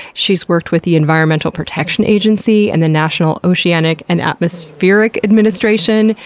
she's worked with the environmental protection agency and the national oceanic and atmospheric administration.